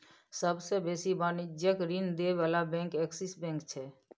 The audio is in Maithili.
सबसे बेसी वाणिज्यिक ऋण दिअ बला बैंक एक्सिस बैंक छै